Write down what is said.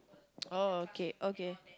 oh okay okay